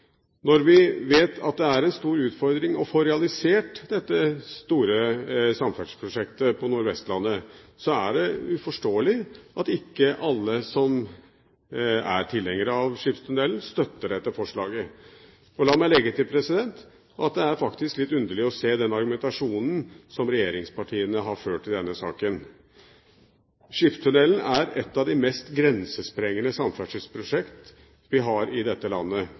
Når vi vet at det er en stor utfordring å få realisert dette store samferdselsprosjektet på Nordvestlandet, er det uforståelig at ikke alle som er tilhengere av skipstunnelen, støtter dette forslaget. La meg legge til at det er faktisk litt underlig å se den argumentasjonen som regjeringspartiene har ført i denne saken. Skipstunnelen er et av de mest grensesprengende samferdselsprosjekter vi har i dette landet.